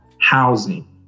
housing